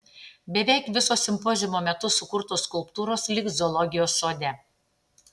beveik visos simpoziumo metu sukurtos skulptūros liks zoologijos sode